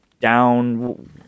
down